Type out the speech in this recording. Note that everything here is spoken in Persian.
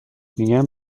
میگم